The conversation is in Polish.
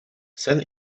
sen